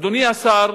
אדוני השר,